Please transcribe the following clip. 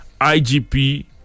IGP